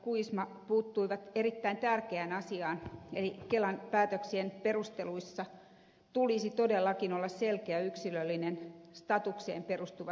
kuisma puuttuivat erittäin tärkeään asiaan eli kelan päätöksien perusteluissa tulisi todellakin olla selkeä yksilöllinen statukseen perustuva selitys